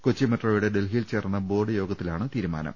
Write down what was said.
കൊച്ചി മെട്രോയുടെ ഡൽഹിയിൽ ചേർന്ന ബോർഡ് യോഗത്തിലാണ് ഈ തീരുമാനം